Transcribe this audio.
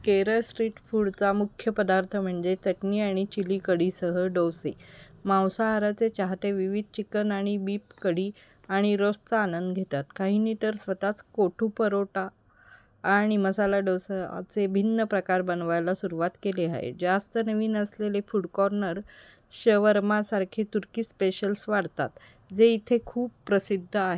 Kerala street फूडचा मुख्य पदार्थ म्हणजे चटणी आणि चिली कढीसह डोसे मांसाहाराचे चाहते विविध चिकन आणि बीप कडी आणि रसचा आनंद घेतात काही नाही तर स्वतःच कोठू परोटा आणि मसाला डोसाचे भिन्न प्रकार बनवायला सुरवात केले आहे जास्त नवीन असलेले फूड कॉर्नर शवर्मासारखे तुर्की स्पेशल्स वाढतात जे इथे खूप प्रसिद्ध आहे